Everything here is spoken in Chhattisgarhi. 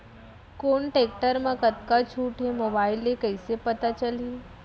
कोन टेकटर म कतका छूट हे, मोबाईल ले कइसे पता चलही?